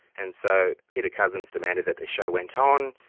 and so peter cousens demanded that the show went on,